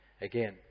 again